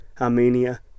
Armenia